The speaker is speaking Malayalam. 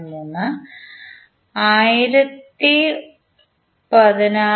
77 cos 19